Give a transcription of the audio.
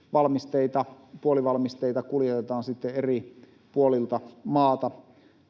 sisäisesti, kun puolivalmisteita kuljetetaan eri puolilta maata